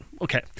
okay